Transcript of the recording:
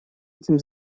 этим